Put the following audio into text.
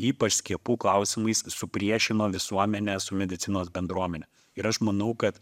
ypač skiepų klausimais supriešino visuomenę su medicinos bendruomene ir aš manau kad